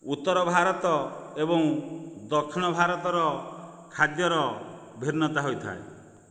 ଉତ୍ତର ଭାରତ ଏବଂ ଦକ୍ଷିଣ ଭାରତର ଖାଦ୍ୟର ଭିନ୍ନତା ହୋଇଥାଏ